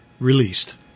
released